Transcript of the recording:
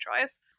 choice